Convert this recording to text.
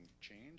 change